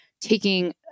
taking